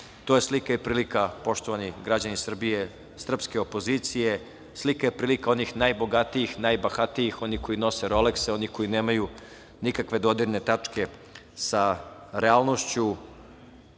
To je slika i prilika, poštovani građani Srbije, srpske opozicije, slika i prilika onih najbogatijih, najbahatijih, onih koji nose „rolekse“, onih koji nemaju nikakve dodirne tačke sa realnošću,